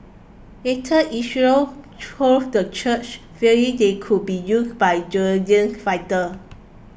later Israel closed the church fearing they would be used by Jordanian fighter